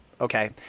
Okay